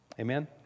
Amen